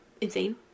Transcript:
insane